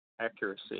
accuracy